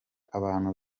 abantu